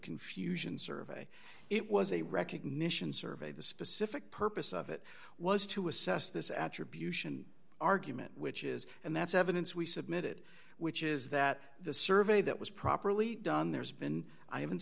confusion survey it was a recognition survey the specific purpose of it was to assess this attribution argument which is and that's evidence we submitted which is that the survey that was properly done there's been i haven't